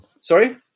Sorry